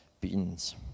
beans